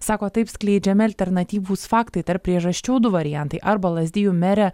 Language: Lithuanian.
sako taip skleidžiami alternatyvūs faktai tarp priežasčių du variantai arba lazdijų merė